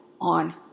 on